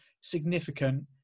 significant